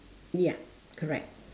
ya correct